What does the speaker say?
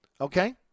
Okay